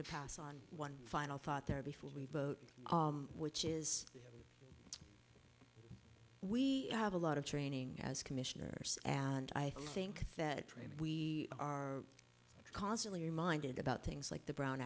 to pass on one final thought there before we vote which is we have a lot of training as commissioners and i think that we are constantly reminded about things like the brown